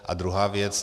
A druhá věc.